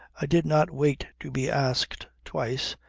i did not wait to be asked twice,